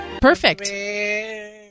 Perfect